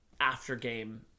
after-game